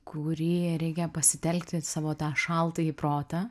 kurį reikia pasitelkti savo tą šaltąjį protą